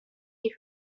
his